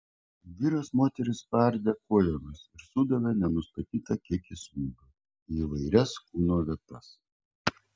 vyras moterį spardė kojomis ir sudavė nenustatytą kiekį smūgių į įvairias kūno vietas